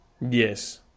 yes